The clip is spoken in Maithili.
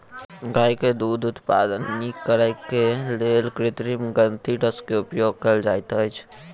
गाय के दूध उत्पादन नीक करैक लेल कृत्रिम ग्रंथिरस के उपयोग कयल जाइत अछि